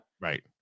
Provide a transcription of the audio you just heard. right